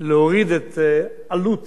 להורדת עלות